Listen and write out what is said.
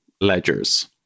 ledgers